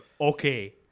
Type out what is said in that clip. okay